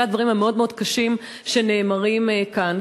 הדברים המאוד-מאוד קשים שנאמרים כאן.